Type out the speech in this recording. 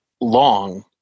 long